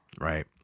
Right